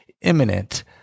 imminent